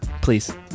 Please